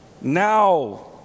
Now